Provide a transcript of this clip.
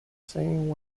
saying